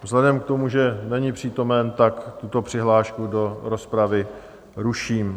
Vzhledem k tomu, že není přítomen, tak tuto přihlášku do rozpravy ruším.